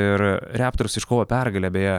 ir raptors iškovojo pergalę beje